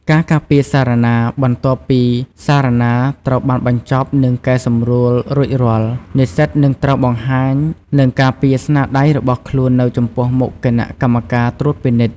ការការពារសារណា បន្ទាប់ពីសារណាត្រូវបានបញ្ចប់ និងកែសម្រួលរួចរាល់ និស្សិតនឹងត្រូវបង្ហាញ និងការពារស្នាដៃរបស់ខ្លួននៅចំពោះមុខគណៈកម្មការត្រួតពិនិត្យ។